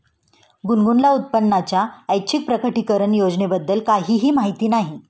गुनगुनला उत्पन्नाच्या ऐच्छिक प्रकटीकरण योजनेबद्दल काहीही माहिती नाही